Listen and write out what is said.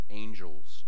angels